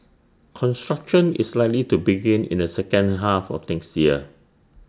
construction is likely to begin in the second half of next year